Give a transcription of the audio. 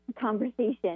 conversation